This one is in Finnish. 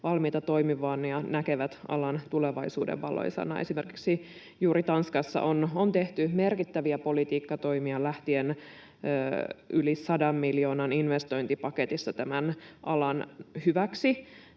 valmiita toimimaan ja näkevät alan tulevaisuuden valoisana. Esimerkiksi juuri Tanskassa on tehty merkittäviä politiikkatoimia lähtien yli 100 miljoonan investointipaketista tämän alan hyväksi.